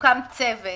שיוקם צוות